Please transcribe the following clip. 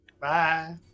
Bye